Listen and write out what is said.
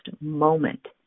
moment